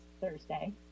Thursday